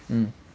mm